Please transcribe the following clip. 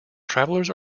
travellers